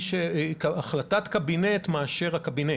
החלטת קבינט מאשר הקבינט,